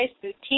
boutique